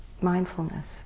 mindfulness